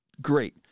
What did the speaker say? great